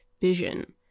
vision